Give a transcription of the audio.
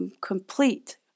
complete